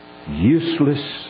Useless